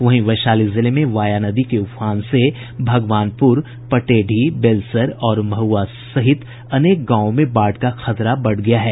वहीं वैशाली जिले में वाया नदी के उफान से भगवानपुर पटेढ़ी बेलसर और महुआ सहित अनेक गांवों में बाढ़ का खतरा बढ़ गया है